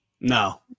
No